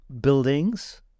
buildings